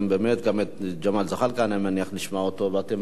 ואני מניח שגם נשמע את ג'מאל זחאלקה,